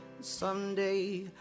someday